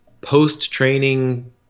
post-training